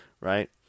Right